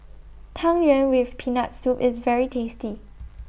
Tang Yuen with Peanut Soup IS very tasty